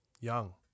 Young